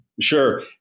Sure